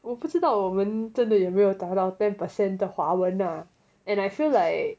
我不知道我们真的又没有达到 ten percent 的华文 lah and I feel like